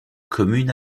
commune